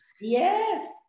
Yes